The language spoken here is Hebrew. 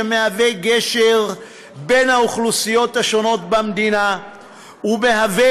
שמהווה גשר בין האוכלוסיות השונות במדינה ומהווה